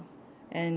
and there's